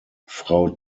frau